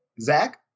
Zach